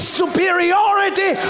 superiority